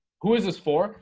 who is this for?